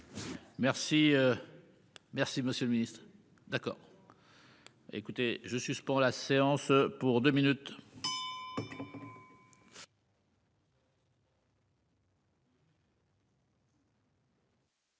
Merci. Merci Monsieur le Ministre. D'accord. Écoutez je suspends la séance pour 2 minutes.